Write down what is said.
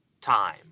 time